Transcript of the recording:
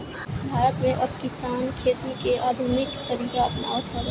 भारत में अब किसान खेती के आधुनिक तरीका अपनावत हवे